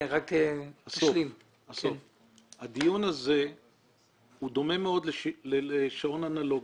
הדיון הזה דומה מאוד לשעון אנלוגי.